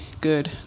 good